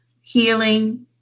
healing